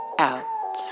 out